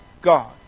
God